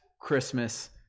Christmas